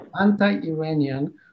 anti-Iranian